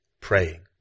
praying